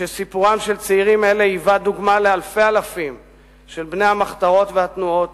שסיפורם של צעירים אלה היווה דוגמה לאלפי אלפים של בני המחתרות והתנועות